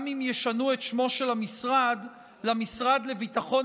גם אם ישנו את שמו של המשרד ל"המשרד לביטחון